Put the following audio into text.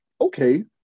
okay